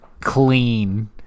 clean